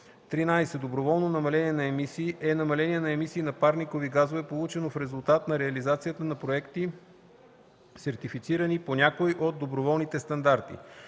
на емисии“ е намаление на емисии на парникови газове, получено в резултат на реализацията на проекти, сертифицирани по някой от доброволните стандарти.